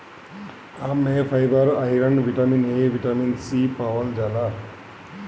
आम में fibre, iron, vitamin A, vitamin C पावल जाला